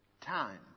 time